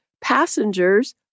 passengers